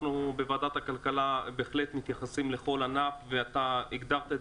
אנחנו בוועדת הכלכלה בהחלט מתייחסים לכל ענף ואתה הגדרת את